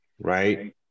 right